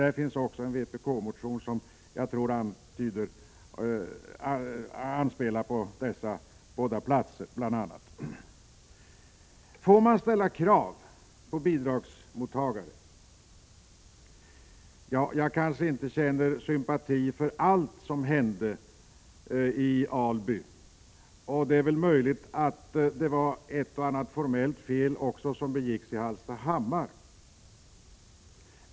Det finns också en vpk-motion som jag tror gäller dessa. Får man ställa krav på bidragsmottagare? Jag kanske inte känner sympati för allt som hände i Alby, och det begicks möjligen ett och annat formellt fel också i Hallstahammar.